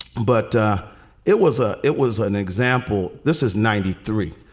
but it was a it was an example. this is ninety three.